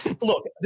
look